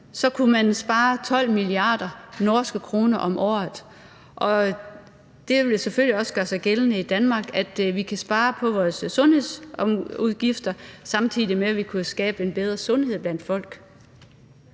så kunne man spare 12 milliarder norske kroner om året. Det vil selvfølgelig også gøre sig gældende i Danmark, at vi kan spare på vores sundhedsudgifter, samtidig med at vi kan skabe en bedre sundhed blandt folk.